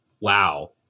wow